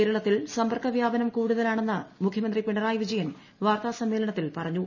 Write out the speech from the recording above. കേരളത്തിൽ സമ്പർക്ക വ്യാപനം കൂടുതലാണെന്ന് മുഖ്യമന്ത്രി പിണറായി വിജയൻ വാർത്താസമ്മേളനത്തിൽ പറഞ്ഞു